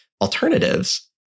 alternatives